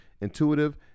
intuitive